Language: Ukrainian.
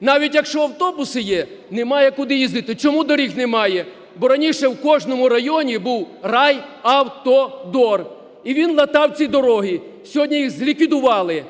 Навіть, якщо автобуси є, немає куди їздити. Чому доріг немає? Бо раніше в кожному районі був райавтодор, і він латав ці дороги. Сьогодні їх зліквідували